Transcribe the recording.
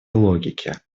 логике